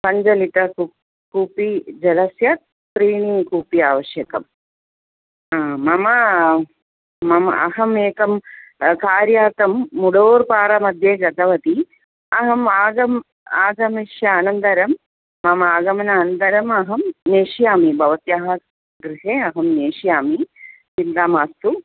पञ्चलिटर् कू कूपी जलस्य त्रीणि कूपी आवश्यकं मम मम अहमेकं कार्यार्थं मुडोर् पारमद्ये गतवती अहम् आगमम् आगमिष्य अनन्तरं मम आगमन अन्तरम् अहं नेष्यामि भवत्याः गृहे अहं नेष्यामि चिन्ता मास्तु